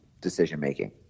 decision-making